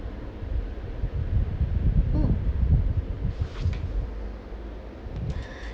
mm